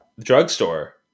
drugstore